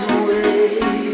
away